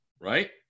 Right